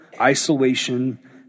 isolation